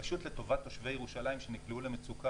פשוט לטובת תושבי ירושלים שנקלעו למצוקה.